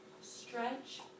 Stretch